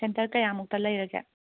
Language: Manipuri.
ꯁꯦꯟꯇꯔ ꯀꯌꯥꯃꯨꯛꯇ ꯂꯩꯔꯒꯦ